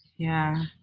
yeah.